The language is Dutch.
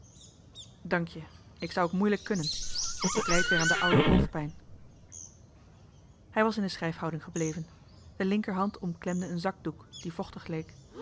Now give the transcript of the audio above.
dank je ik zou ook moeilijk kunnen ik lijd weer aan de oude hoofdpijn hij was in de schrijfhouding gebleven de linkerhand omklemde een zakdoek die vochtig leek